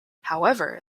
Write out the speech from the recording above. however